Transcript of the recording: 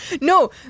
No